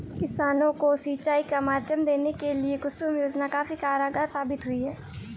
किसानों को सिंचाई का माध्यम देने के लिए कुसुम योजना काफी कारगार साबित हुई है